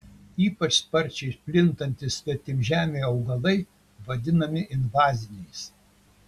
ypač sparčiai plintantys svetimžemiai augalai vadinami invaziniais